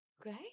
Great